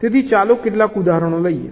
તેથી ચાલો કેટલાક ઉદાહરણો લઈએ